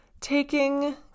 taking